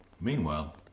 meanwhile